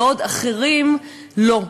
בעוד אחרים לא.